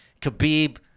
Khabib